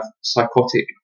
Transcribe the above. psychotic